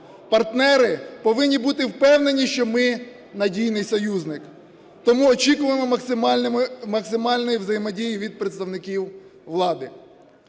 Партнери повинні бути впевнені, що ми надійний союзник. Тому очікуємо максимальної взаємодії від представників влади.